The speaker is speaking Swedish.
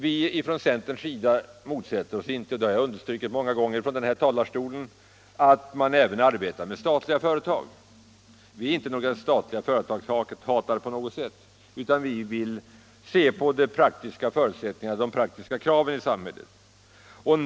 Vi från centern motsätter oss emellertid inte — det har jag många gånger understrukit från denna talarstol — att man även arbetar med statliga företag. Vi är inte på något sätt motståndare till statliga företag, utan vi ser på de praktiska förutsättningar som företagen måste ha och på de krav som bör kunna ställas på dem.